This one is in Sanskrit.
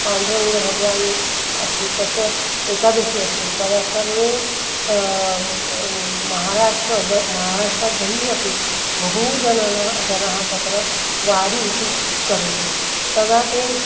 पाण्डुरङ्गभगवान् अस्ति तस्य एकादशी अस्ति तदा सर्वे महाराष्ट्रं भो महाराष्ट्रात् बहिः अपि बहवः जनाः जनाः तत्र वारि इति करोति तदा ते